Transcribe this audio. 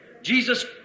Jesus